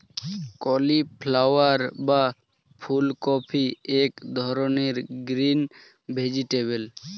cauliflower বা ফুলকপি এক ধরনের গ্রিন ভেজিটেবল